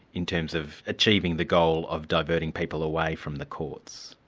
in terms of achieving the goal of diverting people away from the courts.